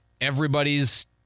everybody's